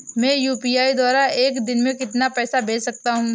मैं यू.पी.आई द्वारा एक दिन में कितना पैसा भेज सकता हूँ?